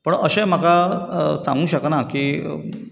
पूण अशें म्हाका सांगूंक शकना की